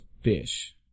fish